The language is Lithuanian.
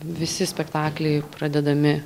visi spektakliai pradedami